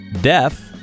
death